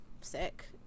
sick